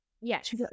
Yes